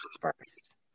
first